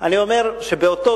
אני אומר שאתמול,